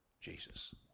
Jesus